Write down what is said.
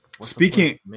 speaking